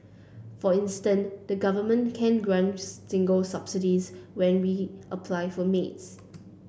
for instance the Government can grant single subsidies when we apply for maids